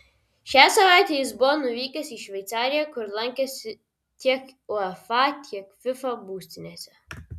šią savaitę jis buvo nuvykęs į šveicariją kur lankėsi tiek uefa tiek fifa būstinėse